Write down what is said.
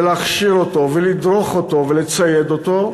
ולהכשיר אותו ולדרוך אותו ולצייד אותו,